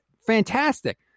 fantastic